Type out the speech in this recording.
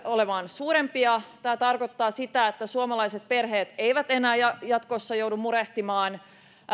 olemaan suurempia tämä tarkoittaa sitä että suomalaiset perheet eivät enää jatkossa joudu murehtimaan